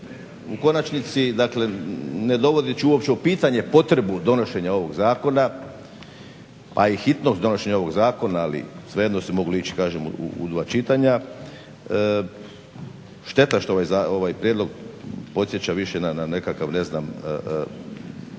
u konačnici dakle, ne dovodeći uopće u pitanje potrebu donošenja ovog zakona, a i hitnost donošenja ovog zakona ali svejedno se moglo ići kažem u dva čitanja, šteta što ovaj prijedlog podsjeća više na nekakav ne znam